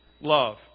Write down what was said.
Love